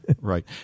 right